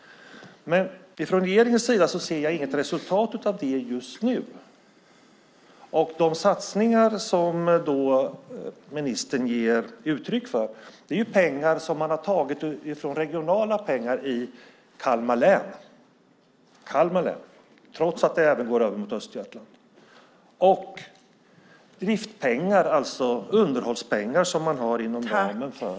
Men jag ser inget resultat av det från regeringens sida just nu. Pengar till de satsningar som ministern ger uttryck för har tagits från regionala pengar i Kalmar län, trots att detta även går över mot Östergötland. Det är alltså driftspengar, underhållspengar.